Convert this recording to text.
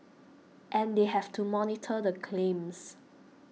and they have to monitor the claims